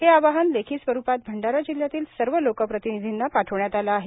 हे आवाहन लेखी स्वरूपात भंडारा जिल्हयातील सर्व लोकप्रतीनिधींना पाठविण्यात आले आहे